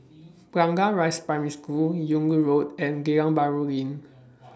Blangah Rise Primary School Yung Loh Road and Geylang Bahru Lane